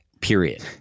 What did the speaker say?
Period